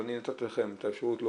ואני נתתי לכן את האפשרות,